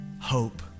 hope